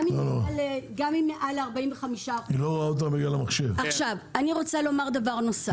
גם אם היא מעל 45%. אני רוצה לומר דבר נוסף,